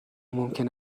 ممکن